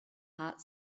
hot